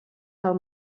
del